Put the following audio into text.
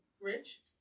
Rich